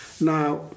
Now